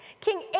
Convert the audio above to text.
King